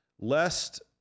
lest